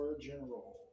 general